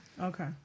okay